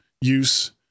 use